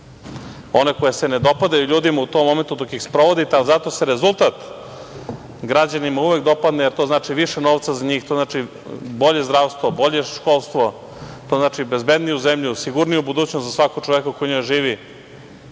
one koje se ne dopadaju ljudima u tom momentu dok ih sprovodite, ali zato se rezultat građanima uvek dopadne, jer to znači više novca za njih, to znači bolje zdravstvo, bolje školstvo, to znači bezbedniju zemlju, sigurniju budućnost za svakog čoveka koji